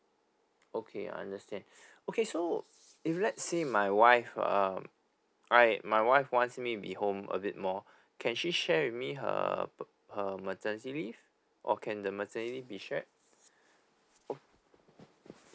okay understand okay so if let's say my wife uh I my wife wants me be home a bit more can she share with me her pa~ her maternity leave or can the maternity leave be shared